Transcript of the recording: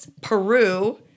Peru